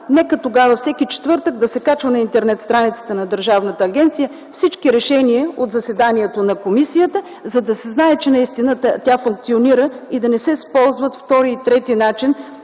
нека тогава всеки четвъртък да се качват на интернет-страницата на Държавната агенция всички решения от заседанията на комисията, за да се знае, че наистина тя функционира и да не се ползват втори и трети начин